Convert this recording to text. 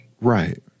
Right